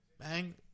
Bang